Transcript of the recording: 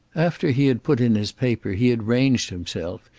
after he had put in his paper he had ranged himself,